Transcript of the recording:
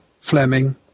Fleming